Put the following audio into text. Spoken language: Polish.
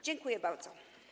Dziękuję bardzo.